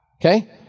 Okay